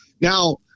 now